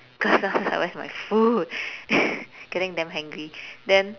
cause I was like where was my food getting damn hangry then